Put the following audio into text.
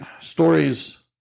stories